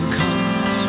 comes